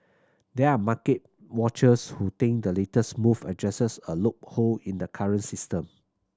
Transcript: there are market watchers who think the latest move addresses a loophole in the current system